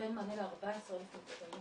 נותן מענה ל-14,000 מטופלים